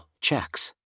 checks